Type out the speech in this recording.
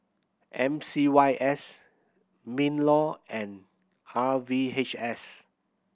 M C Y S MinLaw and R V H S